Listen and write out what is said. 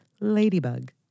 ladybug